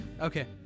Okay